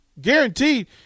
guaranteed